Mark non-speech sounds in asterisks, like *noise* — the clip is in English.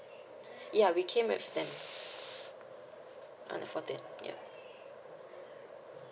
*breath* ya we came with them on the fourth day yup